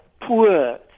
poor